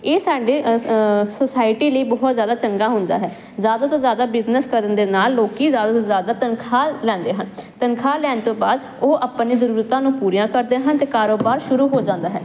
ਇਹ ਸਾਡੇ ਸੁਸਾਇਟੀ ਲਈ ਬਹੁਤ ਜਿਆਦਾ ਚੰਗਾ ਹੁੰਦਾ ਹੈ ਜ਼ਿਆਦਾ ਤੋਂ ਜ਼ਿਆਦਾ ਬਿਜ਼ਨਸ ਕਰਨ ਦੇ ਨਾਲ ਲੋਕੀ ਜਿਆਦਾ ਤੋਂ ਜਿਆਦਾ ਤਨਖਾਹ ਲੈਂਦੇ ਹਨ ਤਨਖਾਹ ਲੈਣ ਤੋਂ ਬਾਅਦ ਉਹ ਆਪਾਂ ਨੇ ਜਰੂਰਤਾਂ ਨੂੰ ਪੂਰੀਆਂ ਕਰਦੇ ਹਨ ਤੇ ਕਾਰੋਬਾਰ ਸ਼ੁਰੂ ਹੋ ਜਾਂਦਾ ਹੈ